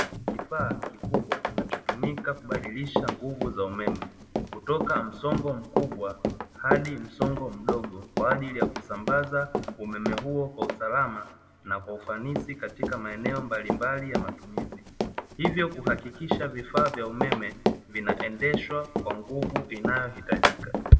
Kifaa kikubwa kinachotumika kubadilisha nguvu za umeme kutoka msongo mkubwa hadi mdogo, kwa ajili ya kusambaza umeme huo kwa usalama na kwa ufanisi katika maeneo mbalimbali ya matumizi, hivyo kuhakikisha vifaa vya umeme vinaendeshwa kwa nguvu inayohitajika.